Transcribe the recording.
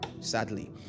sadly